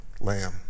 lamb